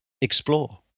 explore